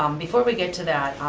um before we get to that.